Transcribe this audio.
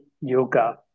yoga